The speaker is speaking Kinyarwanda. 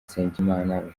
nsengimana